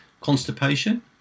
Constipation